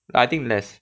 I think less